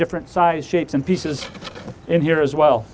different sizes shapes and pieces in here as well